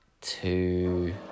two